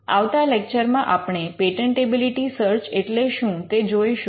આવતા લેક્ચરમાં આપણે પેટન્ટેબિલિટી સર્ચ એટલે શું તે જોઈશું